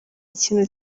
ikintu